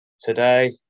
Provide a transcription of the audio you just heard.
Today